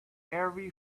every